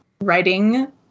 writing